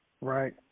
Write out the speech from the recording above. Right